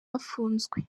afunzwe